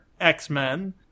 X-Men